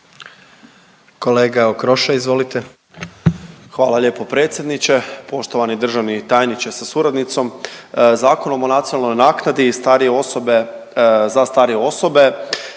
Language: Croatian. **Okroša, Tomislav (HDZ)** Hvala lijepo predsjedniče. Poštovani državni tajniče sa suradnicom. Zakonom o nacionalnoj naknadi starije osobe,